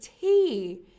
tea